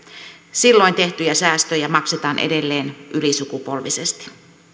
silloin tehtyjä säästöjä maksetaan edelleen ylisukupolvisesti